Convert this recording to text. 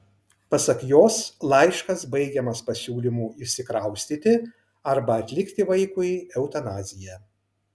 pasak jos laiškas baigiamas pasiūlymu išsikraustyti arba atlikti vaikui eutanaziją